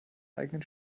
eigenen